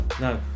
no